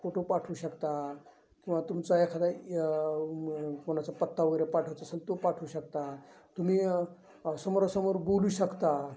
photo पाठवू शकता किंवा तुमचा एखादा कोणाचा पत्ता वगैरे पाठवायचा असेल तो पाठवू शकता तुम्ही समोरासमोर बोलू शकता